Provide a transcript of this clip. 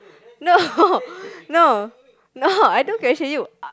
no no no I don't question you I